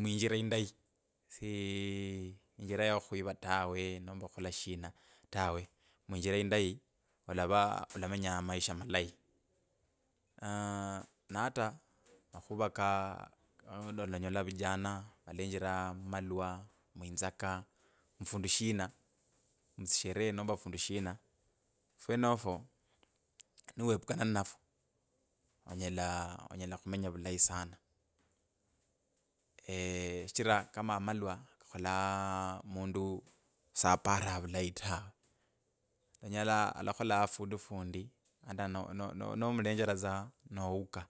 muinjira indai sii injira yo khwiva tawe nomba khukhole shina tawe muinjira indai olava olamenya maisha malayi aaaah na ata makhuva ka ola- ola olanyola vijana valenjira mumalwa muinzaka mufundu shina, mutsisherehee nomba fundu shina fwenofu niwepukana ninafwo onyela onyela khumenya vulai sana. shichira kama amalwa kakholaa mundu saparanga vulayi tawe onyala alakholaa fundu fundi ati no- no- nomulenjeratsa neduka.